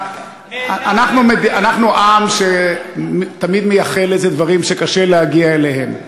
אנחנו עם שתמיד מייחל לאיזה דברים שקשה להגיע אליהם.